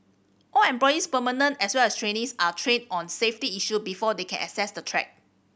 all employees permanent as well as trainees are trained on safety issue before they can access the track